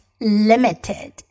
limited